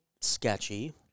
sketchy